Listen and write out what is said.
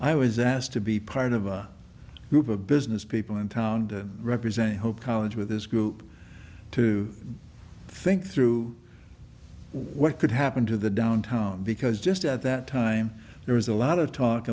i was asked to be part of a group of business people in town and represent hope college with this group to think through what could happen to the downtown because just at that time there was a lot of talk